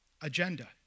agenda